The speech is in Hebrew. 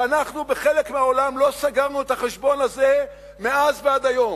ואנחנו בחלק מהעולם לא סגרנו את החשבון הזה מאז ועד היום.